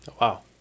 Wow